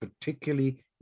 particularly